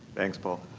thanks paul.